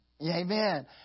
Amen